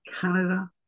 Canada